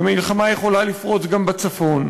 ומלחמה יכולה לפרוץ גם בצפון,